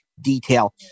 detail